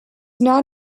not